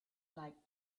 like